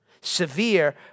severe